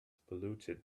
polluted